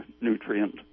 nutrient